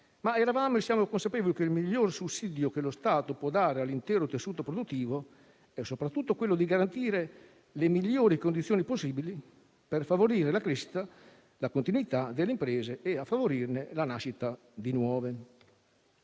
ma eravamo e siamo consapevoli che il miglior sussidio che lo Stato può dare all'intero tessuto produttivo è soprattutto quello di garantire le migliori condizioni possibili per favorire la crescita e la continuità delle imprese e per favorire la nascita di nuove.